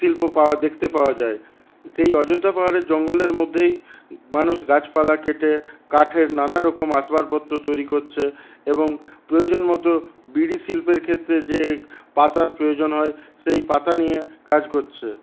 শিল্প পাওয়া দেখতে পাওয়া যায় সেই অযোধ্যা পাহাড়ের জঙ্গলের মধ্যেই মানুষ গাছপালা কেটে কাঠের নানারকম আসবাবপত্র তৈরি করছে এবং প্রয়োজন মতো বিড়ি শিল্পের ক্ষেত্রে যে পাতার প্রয়োজন হয় সেই পাতা নিয়ে কাজ করছে